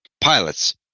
pilots